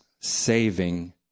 saving